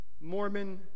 Mormon